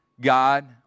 God